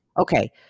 Okay